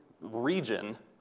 region